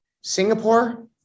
Singapore